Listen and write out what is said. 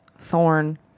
Thorn